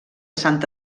sant